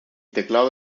teclado